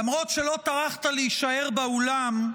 למרות שלא טרחת להישאר באולם,